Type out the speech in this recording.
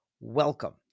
welcome